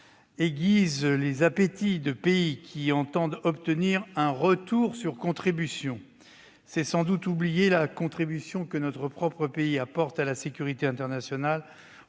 aiguise les appétits de pays qui entendent obtenir un « retour sur contributions ». C'est toutefois oublier la contribution de notre pays à la sécurité internationale,